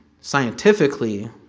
scientifically